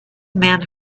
men